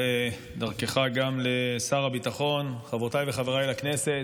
ודרכך גם לשר הביטחון, חברותיי וחבריי לכנסת,